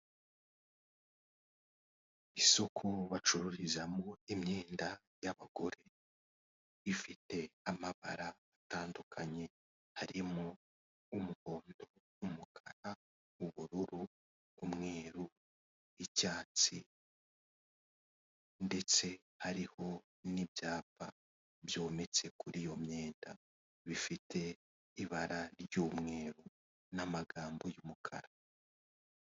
Isoko bacururizamo imyenda y'abagore, ifite amabara atandukanye harimo umuhondo, umukara, ubururu umweruru n'icyatsi ndetse hariho n'ibyapa byometse kuri iyo myenda, bifite ibara ry'umweru n'amagambo y'umukara.